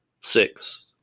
Six